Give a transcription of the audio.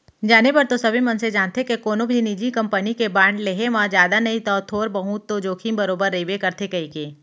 जाने बर तो सबे मनसे जानथें के कोनो भी निजी कंपनी के बांड लेहे म जादा नई तौ थोर बहुत तो जोखिम बरोबर रइबे करथे कइके